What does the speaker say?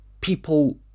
people